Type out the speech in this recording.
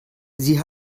sie